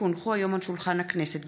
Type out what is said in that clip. כי הונחו היום על שולחן הכנסת,